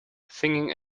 singing